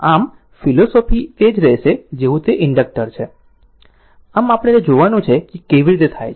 આમ ફિલસૂફી તે જ રહેશે જેવું તે ઇન્ડક્ટર છે આમ આપણે તે જોવાનું છે કે તે કેવી રીતે થાય છે